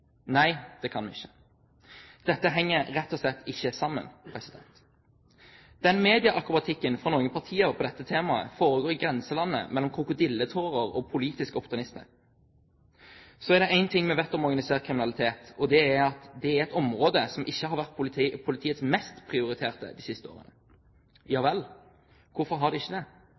Nei, det kan vi ikke. Dette henger rett og slett ikke sammen. Den medieakrobatikken fra noen partier på dette temaet foregår i grenselandet mellom krokodilletårer og politisk opportunisme. Så er det én ting vi vet om organisert kriminalitet, og det er at det er et område som ikke har vært politiets mest prioriterte de siste årene. Ja vel, hvorfor har det ikke det?